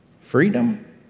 Freedom